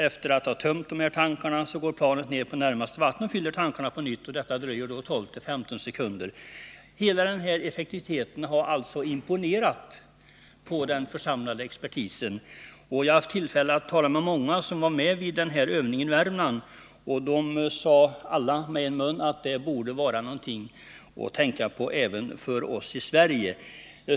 Efter det att tankarna har tömts, går planet ned till närmaste vattendrag och fyller tankarna på nytt. Detta tar 12-15 sekunder. Denna effektivitet imponerade på den församlade expertisen. Jag har haft tillfälle att tala med många som var med vid denna övning i Värmland. De sade med en mun att detta brandsläckningssystem var något att tänka på även för oss i Sverige.